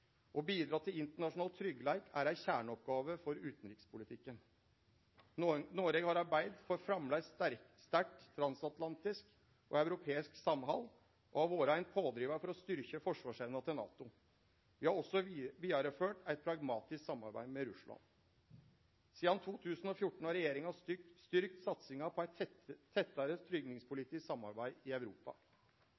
kjerneoppgåve for utanrikspolitikken. Noreg har arbeidd for framleis sterkt transatlantisk og europeisk samhald og har vore ein pådrivar for å styrkje forsvarsevna til NATO. Vi har også vidareført eit pragmatisk samarbeid med Russland. Sidan 2014 har regjeringa styrkt satsinga på eit tettare